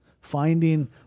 finding